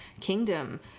kingdom